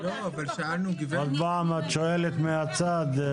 עוד פעם את שואלת מהצד.